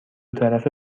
طرفه